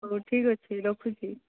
ହେଉ ଠିକ ଅଛି ରଖୁଛି